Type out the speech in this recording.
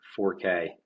4K